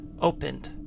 opened